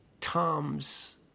Tom's